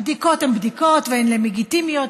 הבדיקות הן בדיקות והן לגיטימיות,